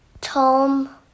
Tom